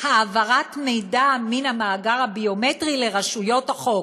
העברת מידע מן המאגר הביומטרי לרשויות החוק,